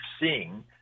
seeing